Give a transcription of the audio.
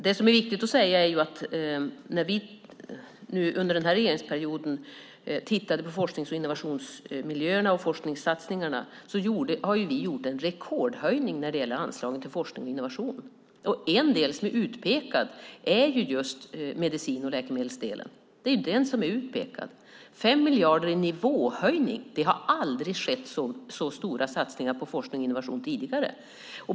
Det som är viktigt att säga är att när vi nu under den här regeringsperioden har sett över forsknings och innovationsmiljöerna och forskningssatsningarna har vi gjort en rekordhöjning av anslagen till forskning och innovation. En del som är utpekad är medicin och läkemedelsdelen, med 5 miljarder i nivåhöjning. Det har aldrig skett så stora satsningar på forskning och innovation tidigare.